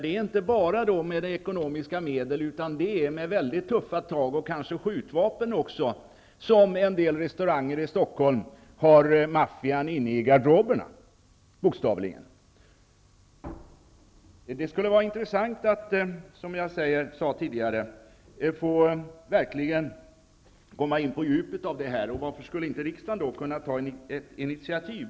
Det sker inte bara med ekonomiska medel, utan det är mycket tuffa tag, kanske också med skjutvapen. En del restauranger har maffian inne i garderoberna, bokstavligen. Det skulle vara intressant, som jag sade tidigare, att verkligen komma in på djupet i det här. Och varför skulle inte riksdagen kunna ta ett initiativ?